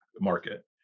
market